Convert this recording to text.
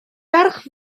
ferch